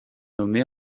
nommée